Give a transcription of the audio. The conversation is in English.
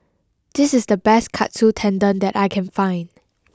this is the best Katsu Tendon that I can find